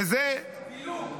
וזה --- פילוג.